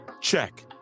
Check